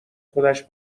خودش